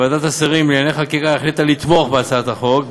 ועדת השרים לענייני חקיקה החליטה לתמוך בהצעת החוק,